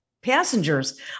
passengers